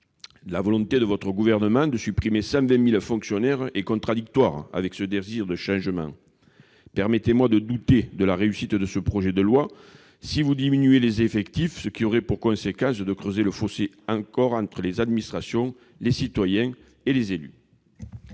La volonté du Gouvernement de supprimer 120 000 fonctionnaires est contradictoire avec ce désir de changement. Permettez-moi de douter de la réussite de ce projet de loi. Si vous diminuez les effectifs, cela aura pour conséquence de creuser encore le fossé entre les administrations, les citoyens et les élus.